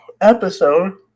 episode